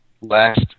last